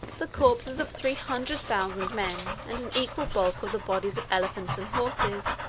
the corpses of three hundred thousand men, and an equal bulk of the bodies of elephants and horses,